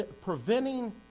preventing